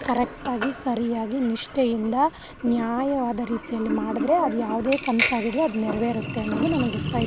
ಕರೆಕ್ಟಾಗಿ ಸರಿಯಾಗಿ ನಿಷ್ಠೆಯಿಂದ ನ್ಯಾಯವಾದ ರೀತಿಯಲ್ಲಿ ಮಾಡಿದ್ರೆ ಅದು ಯಾವುದೇ ಕನಸಾಗಿದ್ರು ಅದು ನೆರವೇರುತ್ತೆ ಅನ್ನೋದು ನನಗೆ ಗೊತ್ತಾಯ್ತು